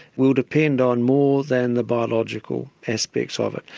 will depend on more than the biological aspects of it.